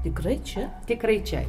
tikrai čia tikrai čia